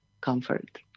comfort